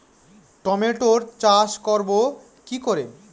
টমেটোর চাষ করব কি করে?